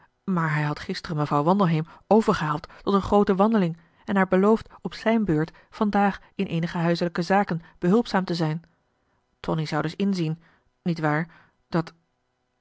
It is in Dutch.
maar hij had gisteren mevrouw wandelheem overgehaald tot een groote wandeling en haar beloofd op zijn beurt vandaag in eenige huiselijke zaken behulpzaam te zijn tonie zou dus inzien niet waar dat